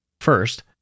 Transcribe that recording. First